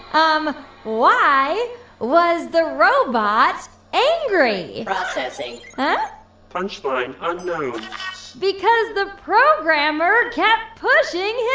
um why was the robot angry? processing punchline unknown because the programmer kept pushing